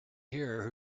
here